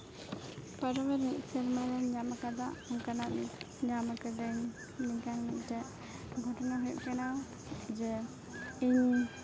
ᱯᱟᱨᱚᱢᱮᱱ ᱢᱤᱫ ᱥᱮᱨᱢᱟ ᱨᱤᱧ ᱧᱟᱢ ᱠᱟᱫᱟ ᱚᱝᱠᱟᱱᱟᱜ ᱢᱤᱫ ᱧᱟᱢ ᱠᱟᱹᱫᱟᱹᱧ ᱚᱝᱠᱟᱱ ᱢᱤᱫᱴᱮᱱ ᱜᱷᱚᱴᱚᱱᱟ ᱦᱩᱭᱩᱜ ᱠᱟᱱᱟ ᱡᱮ ᱤᱧ